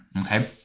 Okay